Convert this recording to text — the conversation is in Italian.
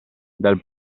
dal